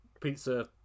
Pizza